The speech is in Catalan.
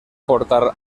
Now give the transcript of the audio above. portar